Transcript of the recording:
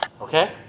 Okay